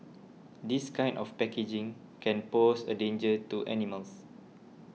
this kind of packaging can pose a danger to animals